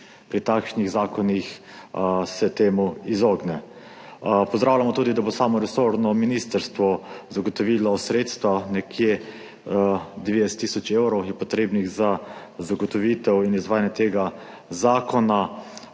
pri takšnih zakonih temu izogne. Pozdravljamo tudi, da bo samo resorno ministrstvo zagotovilo sredstva, nekje 90 tisoč evrov je potrebnih za zagotovitev in izvajanje tega zakona.